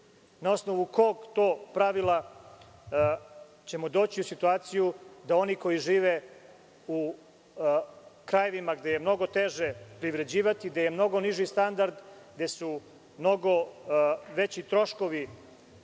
Na osnovu kog to pravila ćemo doći u situaciju da oni koji žive u krajevima gde je mnoge teže privređivati, gde je mnogo niži standard, gde su mnogo veći troškovi